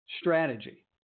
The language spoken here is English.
strategy